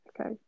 Okay